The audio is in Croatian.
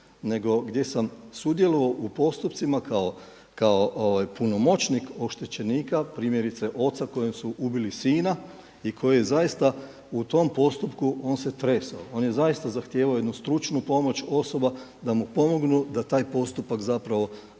nego gdje sam sudjelovao u postupcima kao punomoćnik oštećenika primjerice oca kojem su ubili sina i koji je zaista u tom postupku on se tresao, on je zaista zahtijevao jednu stručnu pomoć osoba da mu pomognu da taj postupak prođe